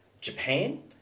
Japan